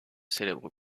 célèbre